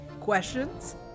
questions